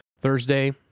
Thursday